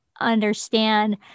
understand